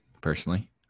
personally